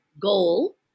goal